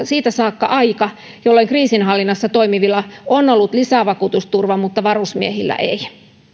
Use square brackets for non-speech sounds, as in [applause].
[unintelligible] siitä saakka aika jolloin kriisinhallinnassa toimivilla on ollut lisävakuutusturva mutta varusmiehillä ei